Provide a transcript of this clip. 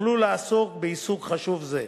יוכלו לעסוק בעיסוק חשוב זה.